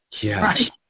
Yes